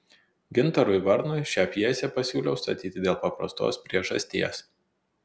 gintarui varnui šią pjesę pasiūliau statyti dėl paprastos priežasties